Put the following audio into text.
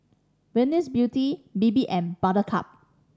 Venus Beauty Bebe and Buttercup